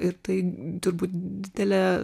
ir tai turbūt didelė